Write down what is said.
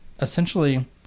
essentially